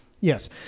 Yes